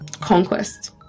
conquest